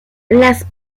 las